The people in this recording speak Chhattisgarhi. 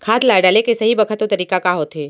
खाद ल डाले के सही बखत अऊ तरीका का होथे?